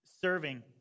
Serving